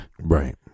Right